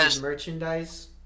merchandise